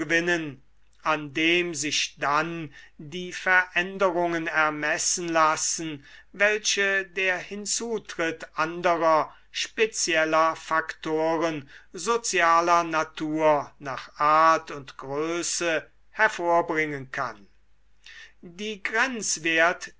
gewinnen an dem sich dann die veränderungen ermessen lassen welche der hinzutritt anderer spezieller faktoren sozialer natur nach art und größe hervorbringen kann die